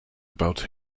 about